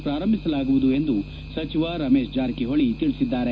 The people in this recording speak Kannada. ಪ್ರಾರಂಭಿಸಲಾಗುವುದು ಎಂದು ಸಚಿವ ರಮೇಶ್ ಜಾರಕಿಹೊಳಿ ತಿಳಿಸಿದ್ದಾರೆ